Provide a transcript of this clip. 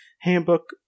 Handbook